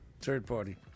Third-party